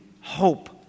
hope